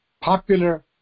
popular